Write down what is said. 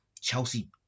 Chelsea